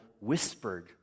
whispered